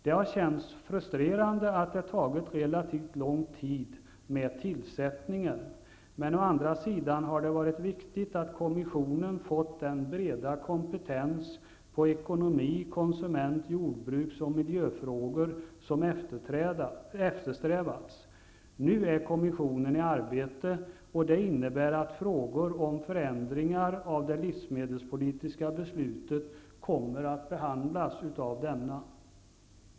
Det har känts frustrerande att det tagit relativt lång tid med tillsättningen. Å andra sidan har det varit viktigt att kommissionen fått den breda kompetens på ekonomi , konsument , jordbruks och miljöfrågor som eftersträvats. Nu är kommissionen i arbete, och det innebär att frågor om förändringar i det livsmedelspolitiska beslutet kommer att behandlas av denna.